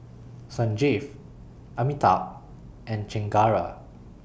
Sanjeev Amitabh and Chengara